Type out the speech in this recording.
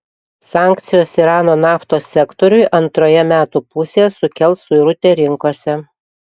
sankcijos irano naftos sektoriui antroje metų pusėje sukels suirutę rinkose